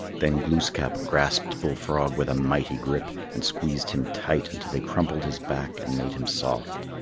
then glooskap grasped bull frog with a mighty grip and squeezed him tight until he crumpled his back and made him soft.